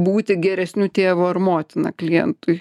būti geresniu tėvu ar motina klientui